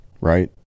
right